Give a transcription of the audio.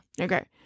Okay